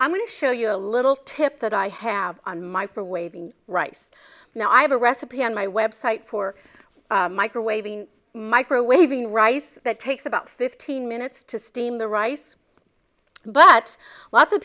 i'm going to show you a little tip that i have on microwave in rice now i have a recipe on my website for microwaving microwaving rice that takes about fifteen minutes to steam the rice but lots of